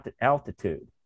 altitude